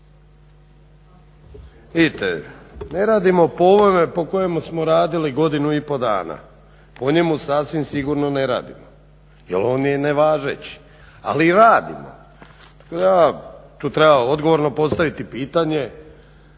Vidite, ne radimo po ovome po kojemu smo radili godinu i pol dana. Po njemu sasvim sigurno ne radimo jer on je nevažeći, ali i radimo. Tako da tu treba odgovorno postaviti pitanje